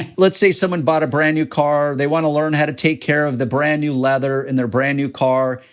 let's say someone bought a brand new car, they want to learn how to take care of the brand new leather in their brand new car,